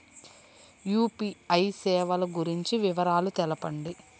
UPI సేవలు గురించి వివరాలు తెలుపండి?